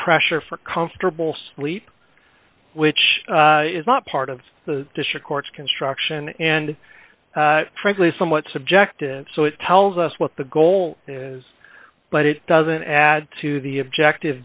pressure for comfortable sleep which is not part of the district court's construction and frankly somewhat subjective so it tells us what the goal is but it doesn't add to the objective